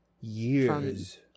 years